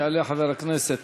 יעלה חבר הכנסת